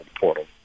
portal